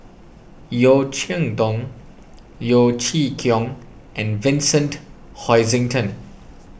Yeo Cheow Tong Yeo Chee Kiong and Vincent Hoisington